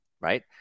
right